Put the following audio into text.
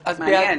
מעניין.